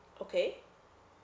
okay